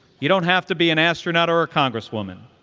you don't have to be an astronaut or a congresswoman.